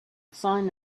sign